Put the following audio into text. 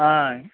ఆయ్